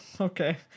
okay